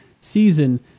season